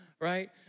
right